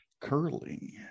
curling